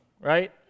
right